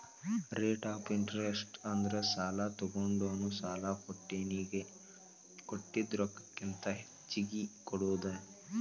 rate of interest ಅಂದ್ರ ಸಾಲಾ ತೊಗೊಂಡೋನು ಸಾಲಾ ಕೊಟ್ಟೋನಿಗಿ ಕೊಟ್ಟಿದ್ ರೊಕ್ಕಕ್ಕಿಂತ ಹೆಚ್ಚಿಗಿ ಕೊಡೋದ್